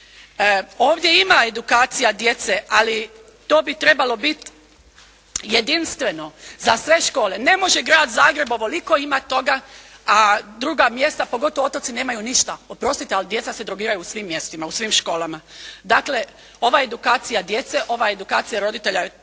Ovdje ima edukacija djece, ali to bi trebalo bit jedinstveno za sve škole. Ne može Grad Zagreb ovoliko imat toga, a druga mjesta pogotovo otoci nemaju ništa. Oprostite, ali djeca se drogiraju u svim mjestima, u svim školama. Dakle, ova edukacija djece, ova edukacija roditelja,